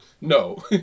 No